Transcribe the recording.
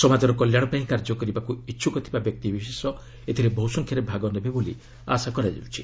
ସମାଜର କଲ୍ୟାଣ ପାଇଁ କାର୍ଯ୍ୟ କରିବାକୁ ଇଚ୍ଛୁକ ଥିବା ବ୍ୟକ୍ତିବିଶେଷ ଏଥିରେ ବହୁସଂଖ୍ୟାରେ ଭାଗ ନେବେ ବୋଲି ଆଶା କରାଯାଉଛି